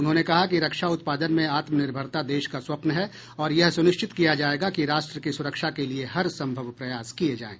उन्होंने कहा कि रक्षा उत्पादन में आत्मनिर्भरता देश का स्वप्न है और यह सुनिश्चित किया जाएगा कि राष्ट्र की सुरक्षा के लिए हरसंभव प्रयास किए जाएं